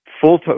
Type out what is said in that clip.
full